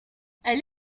elle